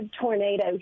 tornado